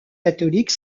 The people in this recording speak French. catholique